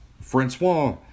Francois